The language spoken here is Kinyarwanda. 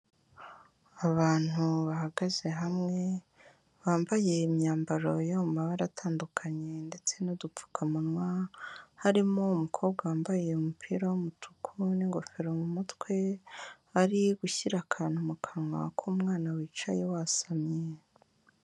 Abantu bahagaze hamwe, bambaye imyambaro yo mu mabara atandukanye ndetse n'udupfukamunwa, harimo umukobwa wambaye umupira w'umutuku n'ingofero mu mutwe ari gushyira akantu mu kanwa k'umwana wicaye wasamye.